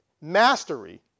mastery